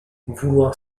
vouloir